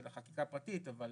של חקיקה פרטית אבל